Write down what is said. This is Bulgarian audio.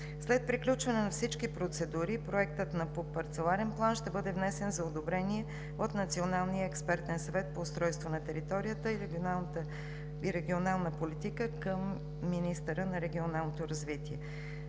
След приключване на всички процедури Проектът на ПУП-ПП ще бъде внесен за одобрение от Националния експертен съвет по устройство на територията и регионална политика към министъра на регионалното развитие.